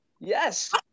Yes